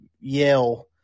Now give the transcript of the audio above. yell